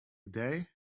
day